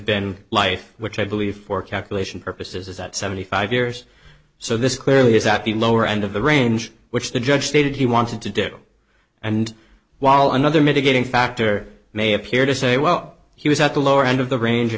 been life which i believe for calculation purposes is at seventy five years so this clearly is at the lower end of the range which the judge stated he wanted to do and while another mitigating factor may appear to say well he was at the lower end of the range if